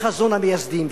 בחזון המייסדים,